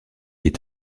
est